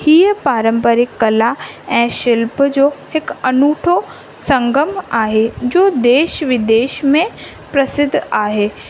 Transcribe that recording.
हीअ पारम्परिकु कला ऐं शिल्प जो हिकु अनूठो संगम आहे जो देश विदेश में प्रसिद्ध आहे